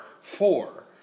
four